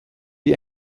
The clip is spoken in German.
die